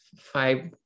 five